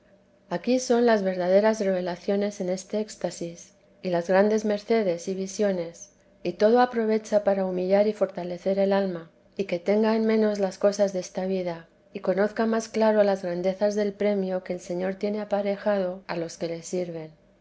aquí son las verdaderas revelaciones en este éxtasi y las grandes mercedes y visiones y todo aprovecha para humillar y fortalecer el alma y que tenga en menos las cosas desta vida y conozca más claro las grandezas del premio que el señor tiene aparejado a los que le sirven